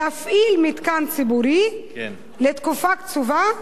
להפעיל מתקן ציבורי לתקופה קצובה,